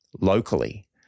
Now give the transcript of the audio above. locally